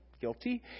guilty